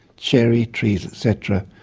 cherry trees etc.